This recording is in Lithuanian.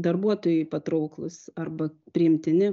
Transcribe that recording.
darbuotojui patrauklūs arba priimtini